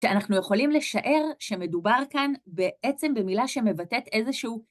שאנחנו יכולים לשער שמדובר כאן בעצם במילה שמבטאת איזשהו...